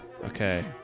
Okay